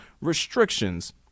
Restrictions